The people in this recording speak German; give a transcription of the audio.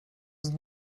sind